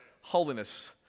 holiness